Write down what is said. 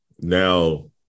now